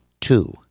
two